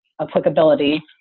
applicability